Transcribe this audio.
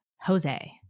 Jose